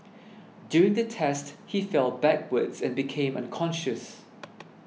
during the test he fell backwards and became unconscious